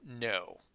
no